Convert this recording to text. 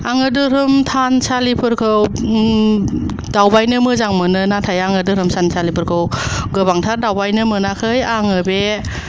आङो धोरोमथानसालिफोरखौ ओम दावबायनो मोजां मोनो नाथाय आङो धोरोम थानसालिफोरखौ गोबांथार दावबायनो मोनाखै आङो बे